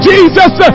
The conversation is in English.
Jesus